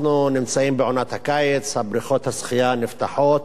אנחנו נמצאים בעונת הקיץ, בריכות השחייה נפתחות.